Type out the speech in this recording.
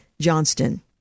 Johnston